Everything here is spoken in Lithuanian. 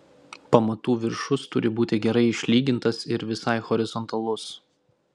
pamatų viršus turi būti gerai išlygintas ir visai horizontalus